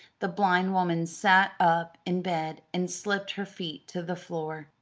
the blind woman sat up in bed and slipped her feet to the floor.